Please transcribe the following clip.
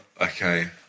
Okay